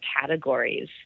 categories